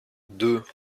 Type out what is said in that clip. deux